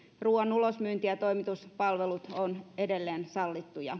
ruuan ulosmyynti ja toimituspalvelut ovat edelleen sallittuja